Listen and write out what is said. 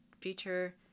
feature